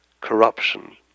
corruption